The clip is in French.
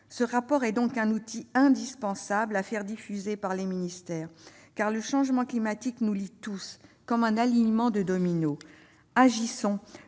Ce rapport est donc un outil indispensable, à faire diffuser par les ministères, car le changement climatique nous lie tous, comme un alignement de dominos. Agissons,